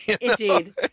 Indeed